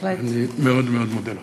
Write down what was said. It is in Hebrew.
אני מאוד מאוד מודה לך.